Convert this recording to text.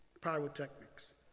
Pyrotechnics